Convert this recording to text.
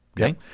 okay